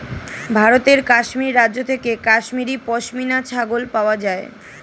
ভারতের কাশ্মীর রাজ্য থেকে কাশ্মীরি পশমিনা ছাগল পাওয়া যায়